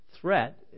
threat